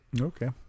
Okay